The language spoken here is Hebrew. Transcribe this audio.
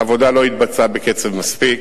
העבודה לא התבצעה בקצב מספיק.